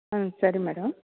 ம் சரி மேடம்